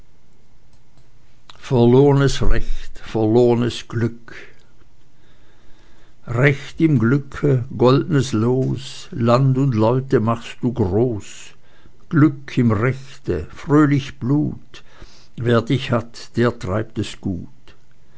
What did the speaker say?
verlornes recht verlornes glück recht im glücke goldnes los land und leute machst du groß glück im rechte fröhlich blut wer dich hat der treibt es gut